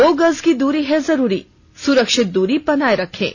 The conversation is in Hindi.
दो गज की दूरी है जरूरी सुरक्षित दूरी बनाए रखें